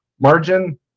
margin